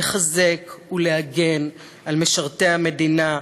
לחזק ולהגן על משרתי המדינה,